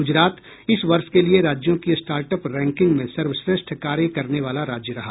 गुजरात इस वर्ष के लिये राज्यों की स्टार्ट अप रैंकिंग में सर्वश्रेष्ठ कार्य करने वाला राज्य रहा